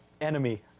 Enemy